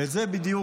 ואת זה בדיוק,